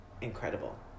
incredible